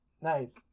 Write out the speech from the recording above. Nice